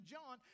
John